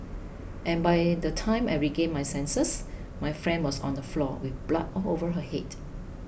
and by the time I regained my senses my friend was on the floor with blood all over her head